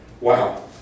Wow